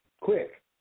quick